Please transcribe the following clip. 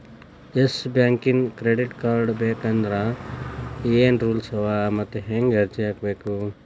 Yes ಬ್ಯಾಂಕಿನ್ credit card ಬೇಕಂದ್ರ ಏನ್ ರೂಲ್ಸವ ಮತ್ತ್ ಹೆಂಗ್ ಅರ್ಜಿ ಹಾಕ್ಬೇಕ?